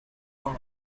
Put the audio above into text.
power